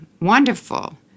wonderful